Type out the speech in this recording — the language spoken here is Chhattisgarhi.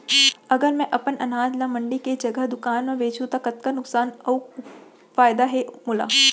अगर मैं अपन अनाज ला मंडी के जगह दुकान म बेचहूँ त कतका नुकसान अऊ फायदा हे मोला?